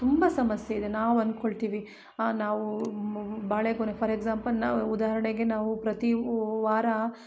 ತುಂಬ ಸಮಸ್ಯೆ ಇದೆ ನಾವು ಅನ್ಕೊಳ್ತೀವಿ ನಾವು ಬಾಳೆಗೊನೆ ಫಾರ್ ಎಕ್ಸಾಂಪಲ್ ನಾವು ಉದಾಹರಣೆಗೆ ನಾವು ಪ್ರತಿ ವಾರ